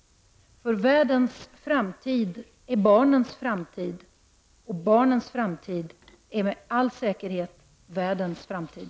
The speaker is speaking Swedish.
För världens framtid är barnens framtid, och barnens framtid är med all säkerhet världens framtid.